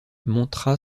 montra